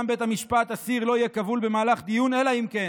בית המשפט אסיר לא יהיה כבול במהלך דיון אלא אם כן